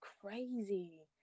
crazy